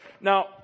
Now